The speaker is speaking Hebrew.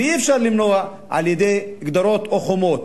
ואי-אפשר למנוע על-ידי גדרות או חומות.